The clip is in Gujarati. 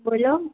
બોલો